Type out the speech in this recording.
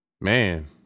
Man